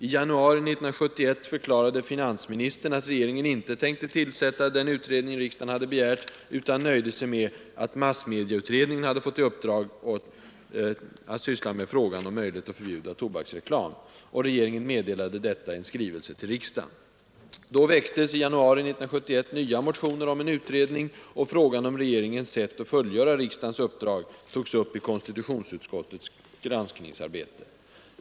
I januari 1971 förklarade finansministern att regeringen inte tänkte tillsätta den utredning riksdagen hade begärt, utan nöjde sig med att massmedieutredningen hade fått i uppdrag att syssla med frågan om möjlighet att förbjuda tobaksreklam. Regeringen meddelade detta i en skrivelse till riksdagen. Då väcktes i januari 1971 ännu en motion om en utredning, och frågan om regeringens sätt att fullgöra riksdagens uppdrag togs upp i konstitutionsutskottets granskningsarbete.